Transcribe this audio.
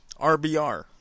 RBR